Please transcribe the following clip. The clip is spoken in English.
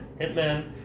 Hitman